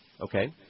Okay